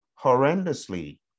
horrendously